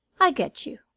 i get you,